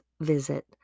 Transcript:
visit